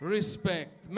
Respect